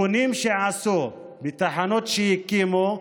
על מיגונים שעשו בתחנות שהקימו,